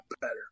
better